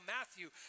Matthew